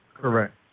Correct